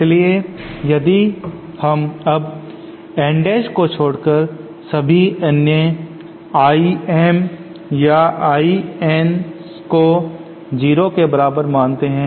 इसलिए यदि हम अब N Dash को छोड़कर सभी अन्य I M या I Ns को 0 के बराबर मानते हैं